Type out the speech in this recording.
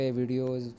videos